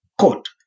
Court